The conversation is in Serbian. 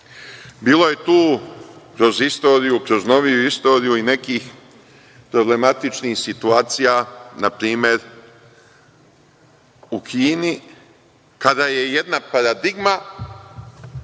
Bilo je tu kroz istoriju, kroz novije istorije i nekih problematičnih situacija. Na primer, u Kini, kada je jedna paradigma